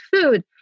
food